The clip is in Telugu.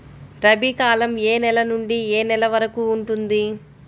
రబీ కాలం ఏ నెల నుండి ఏ నెల వరకు ఉంటుంది?